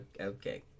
Okay